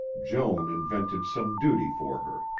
joan invented some duty for her.